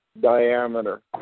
diameter